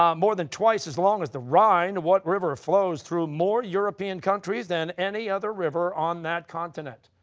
um more than twice as long as the rhine, what river flows through more european countries than any other river on that continent?